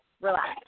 relax